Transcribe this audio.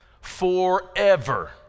Forever